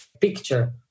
picture